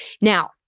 Now